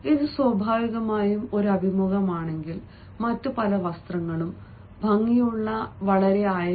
ഇത് സ്വാഭാവികമായും ഒരു അഭിമുഖമാണെങ്കിൽ മറ്റ് പല വസ്ത്രങ്ങളും ഭംഗിയുള്ള വളരെ അയഞ്ഞ